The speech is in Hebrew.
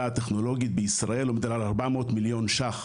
הטכנולוגית בישראל עומד על 400 מיליון ₪,